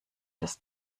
des